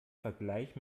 vergleich